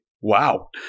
Wow